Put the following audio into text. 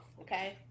okay